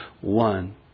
one